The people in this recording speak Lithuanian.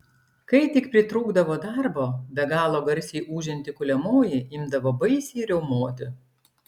kai tik pritrūkdavo darbo be galo garsiai ūžianti kuliamoji imdavo baisiai riaumoti